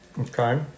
Okay